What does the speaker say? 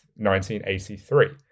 1983